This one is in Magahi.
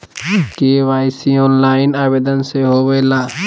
के.वाई.सी ऑनलाइन आवेदन से होवे ला?